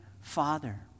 father